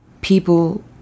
People